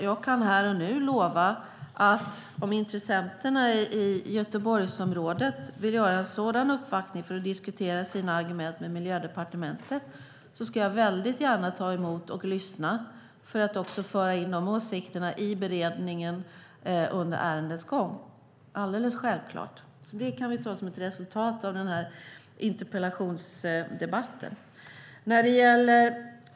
Jag kan här och nu lova att om intressenterna i Göteborgsområdet vill göra en sådan uppvaktning för att diskutera sina argument med Miljödepartementet ska jag väldigt gärna ta emot och lyssna för att också föra in de åsikterna i beredningen under ärendets gång - alldeles självklart. Det kan vi ta som ett resultat av den här interpellationsdebatten.